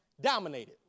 dominated